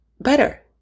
better